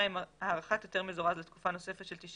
הארכת היתר מזורז לתקופה נוספת של 90